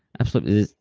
absolutely,